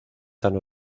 tan